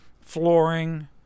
flooring